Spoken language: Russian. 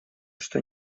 что